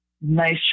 nice